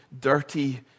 dirty